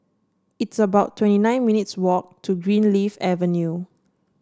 it's about twenty nine minutes' walk to Greenleaf Avenue